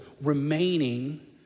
remaining